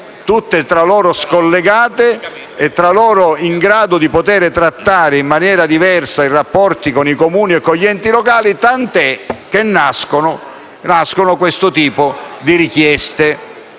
tutte tra loro scollegate e tutte tra loro in grado di trattare in maniera diversa i rapporti con i Comuni e con gli enti locali, tant'è che nascono questo tipo di richieste.